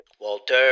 Walter